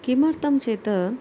किमर्थं चेत्